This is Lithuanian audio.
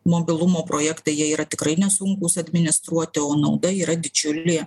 mobilumo projektai jie yra tikrai nesunkūs administruoti o nauda yra didžiulė